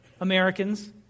Americans